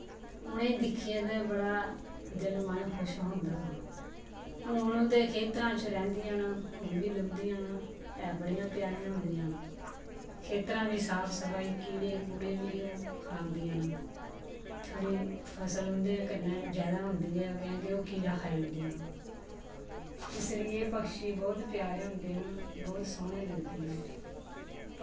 उ'नें गी दिक्खियै ते बड़ा दिल मन खुश होंदा ऐ हून ते खेतरां च रैंह्दियां न हून बी लभदियां न एह् बड़ियां प्यारियां होंदियां न खेतरां दी साफ सफाई ओड़ कीड़े कूड़े बी खांदियां न थोह्ड़ी फसल उं'दे कन्नै जादा होंदी ऐ कैं के ओह् कीड़ा खाई जांदियां न इस लेई पक्षी बड़े सोह्ने होंदे न बड़े प्यारे लगदे न